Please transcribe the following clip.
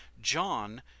John